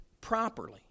properly